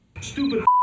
Stupid